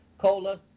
cola